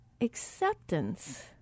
acceptance